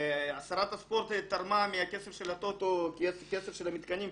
שרת הספורט תרמה מהכסף של הטוטו, כסף של המתקנים,